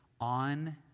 on